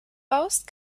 baust